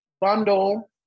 bundle